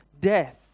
death